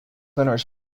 owners